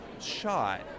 shot